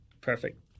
Perfect